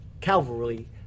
Calvary